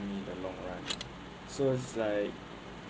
I mean in the long run so it's like